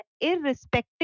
irrespective